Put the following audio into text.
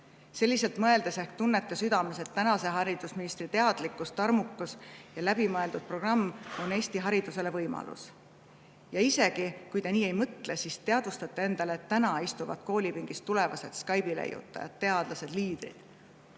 Selliselt mõeldes ehk tunnete südames, et tänase haridusministri teadlikkus, tarmukus ja läbimõeldud programm on Eesti haridusele võimalus. Ja isegi kui te nii ei mõtle, siis ehk teadvustate endale, et täna istuvad koolipingis tulevased Skype'i leiutajad, teadlased, liidrid.